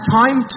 time